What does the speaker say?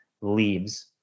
leaves